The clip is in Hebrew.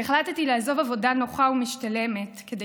כשהחלטתי לעזוב עבודה נוחה ומשתלמת כדי